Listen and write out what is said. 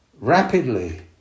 rapidly